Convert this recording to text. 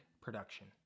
production